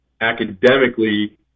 academically